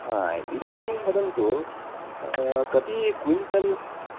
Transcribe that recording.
हा इदानीं वदन्तु कति क्विण्टल्